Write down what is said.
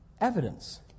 evidence